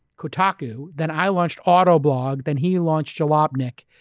kotaku. then, i launched autoblog, then he launched jalopnik.